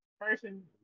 person